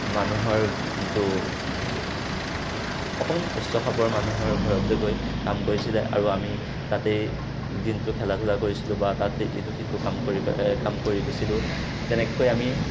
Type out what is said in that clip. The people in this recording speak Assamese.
মানুহৰ দু অকণমান উচ্চ খাপৰ মানুহৰ ঘৰতে গৈ কাম কৰিছিলে আৰু আমি তাতেই দিনটো খেলা ধূলা কৰিছিলোঁ বা তাত ইটো সিটো কাম কৰি পে কাম কৰি দিছিলোঁ তেনেকৈ আমি